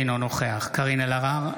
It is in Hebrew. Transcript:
אינו נוכח קארין אלהרר,